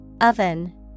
Oven